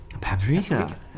Paprika